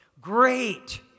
Great